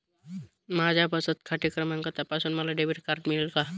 माझा बचत खाते क्रमांक तपासून मला डेबिट कार्ड मिळेल का?